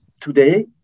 today